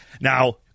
Now